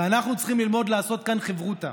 ואנחנו צריכים ללמוד לעשות כאן חברותא,